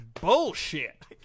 bullshit